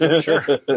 Sure